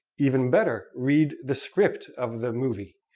even better, read the script of the movie.